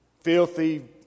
filthy